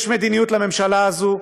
יש מדיניות לממשלה הזאת,